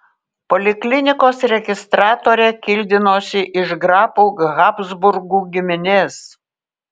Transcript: poliklinikos registratorė kildinosi iš grafų habsburgų giminės